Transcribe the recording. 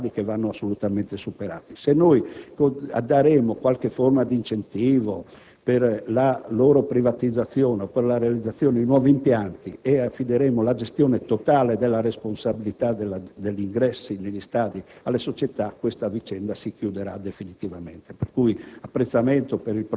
rispetto alle esigenze attuali, sono stadi con piste di atletica che vanno assolutamente modernizzati. Se prevederemo qualche forma di incentivo per la loro privatizzazione o per la realizzazione di nuovi impianti e affideremo la gestione totale della responsabilità dell'ingresso negli stadi alle società questa